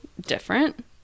different